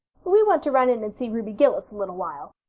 we want to run in and see ruby gillis a little while,